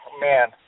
man